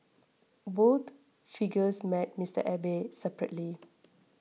both figures met Mister Abe separately